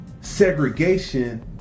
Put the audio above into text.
segregation